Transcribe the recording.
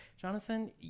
Jonathan